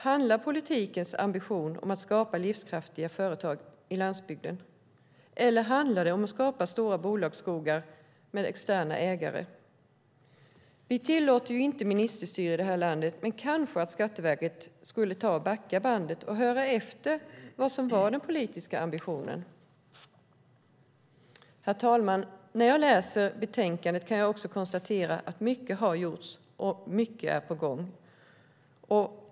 Handlar politikens ambition om att skapa livskraftiga företag på landsbygden eller handlar det om att skapa stora bolagsskogar med externa ägare? Vi tillåter ju inte ministerstyre i det här landet, men kanske att Skatteverket skulle ta och backa bandet och höra efter vad som var den politiska ambitionen. Herr talman! När jag läser betänkandet kan jag konstatera att mycket har gjorts och mycket är på gång.